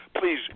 Please